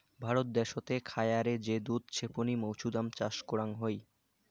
ভারত দ্যাশোতে খায়ারে যে দুধ ছেপনি মৌছুদাম চাষ করাং হই